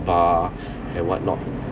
uh and what not